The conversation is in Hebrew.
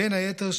ובין היתר,